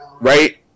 right